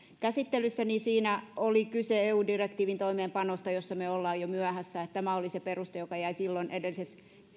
käsittelyssä siinä oli kyse eu direktiivin toimeenpanosta jossa me olemme jo myöhässä tämä oli se peruste joka jäi silloin edellisessä